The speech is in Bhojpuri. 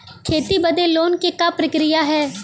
खेती बदे लोन के का प्रक्रिया ह?